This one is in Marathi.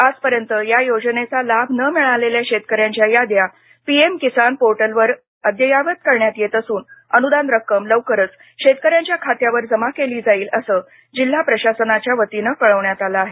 आजपर्यंत या योजनेचा लाभ न मिळालेल्या शेतकऱ्यांच्या याद्या पीएम किसान पोर्टलवर अद्ययावत करण्यात येत असून अनुदान रक्कम लवकरच शेतकऱ्यांच्या खात्यावर जमा केली जाईल असं जिल्हा प्रशासनाच्या वतीनं कळवण्यात आलं आहे